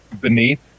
Beneath